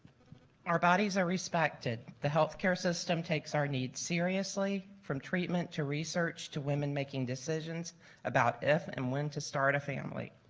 our bodies are respected, the healthcare system takes our needs seriously from treatment to research to women making decisions about if and when to start a family.